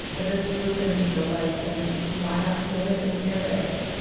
if this was gonna be her life, then why not live it in a paradise?